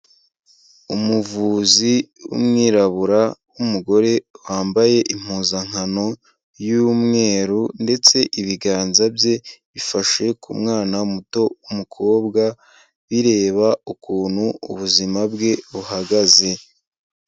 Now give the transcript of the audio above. Umuvuzi w'umwirabura w'umugore wambaye impuzankano y'umweru ndetse ibiganza bye bifashe ku mwana muto w'umukobwa bireba ukuntu ubuzima bwe buhagaze.